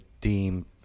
deem